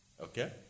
Okay